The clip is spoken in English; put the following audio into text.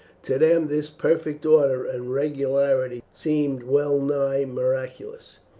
to them this perfect order and regularity seemed well nigh miraculous.